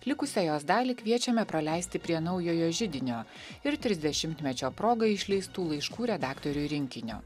likusią jos dalį kviečiame praleisti prie naujojo židinio ir trisdešimtmečio proga išleistų laiškų redaktoriui rinkinio